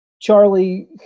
Charlie